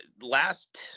last